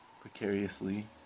precariously